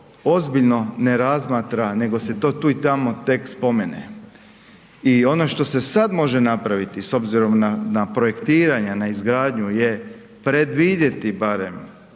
ozbiljno ne razmatra nego se to tu i tamo tek spomene. I ono što se sad može napraviti, s obzirom na projektiranja, na izgradnju je predvidjeti barem,